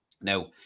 Now